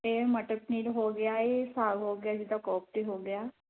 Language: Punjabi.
ਅਤੇ ਮਟਰ ਪਨੀਰ ਹੋ ਗਿਆ ਇਹ ਸਾਗ ਹੋ ਗਿਆ ਜਿਦਾਂ ਕੋਪਤੇ ਹੋ ਗਿਆ